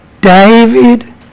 David